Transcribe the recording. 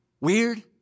weird